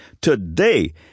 Today